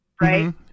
right